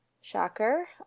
Shocker